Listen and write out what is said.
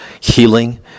healing